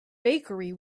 bakery